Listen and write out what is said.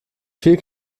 viel